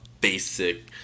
basic